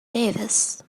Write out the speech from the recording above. davis